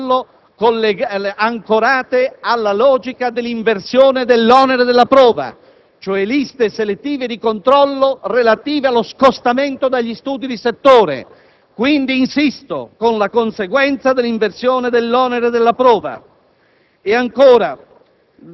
di liste ancorate alla logica dell'inversione dell'onere della prova, cioè liste selettive di controllo relative allo scostamento dagli studi di settore. Quindi, insisto con la conseguenza dell'inversione dell'onere della prova.